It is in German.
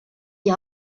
die